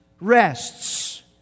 rests